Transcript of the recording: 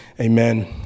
amen